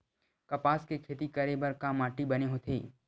कपास के खेती करे बर का माटी बने होथे?